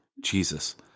Jesus